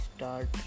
start